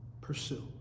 pursue